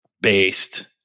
based